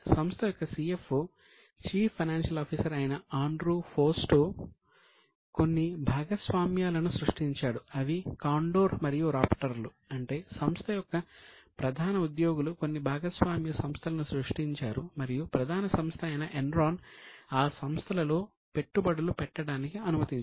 సంస్థ యొక్క CFO chief financial officer ఆ సంస్థలలో పెట్టుబడులు పెట్టడానికి అనుమతించారు